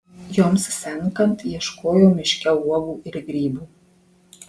joms senkant ieškojo miške uogų ir grybų